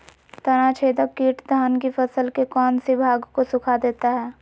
तनाछदेक किट धान की फसल के कौन सी भाग को सुखा देता है?